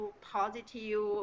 positive